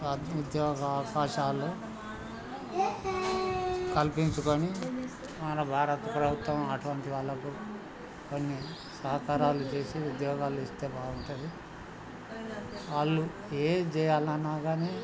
ఉద్యోగ అవకాశాలు కల్పించుకొని మన భారత ప్రభుత్వం అటువంటి వాళ్ళకు కొన్ని సహకారాలు చేసి ఉద్యోగాలు ఇస్తే బాగుంటుంది వాళ్ళు ఏమి చేేయాలన్నా కానీ